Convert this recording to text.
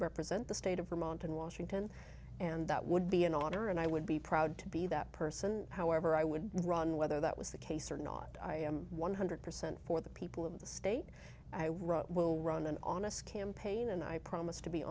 represent the state of vermont in washington and that would be an otter and i would be proud to be that person however i would run whether that was the case or not i am one hundred percent for the people of the state i wrote will run an honest campaign and i promise to be